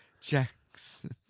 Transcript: Jackson